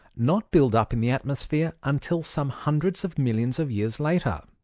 not build up in the atmosphere until some hundreds of millions of years later?